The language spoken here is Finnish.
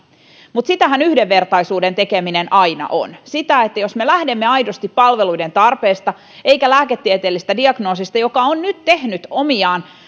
mutta sitähän yhdenvertaisuuden tekeminen aina on sitä että jos me lähdemme aidosti palveluiden tarpeista emmekä lääketieteellisestä diagnoosista joka on nyt ollut omiaan